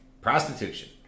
Prostitution